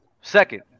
second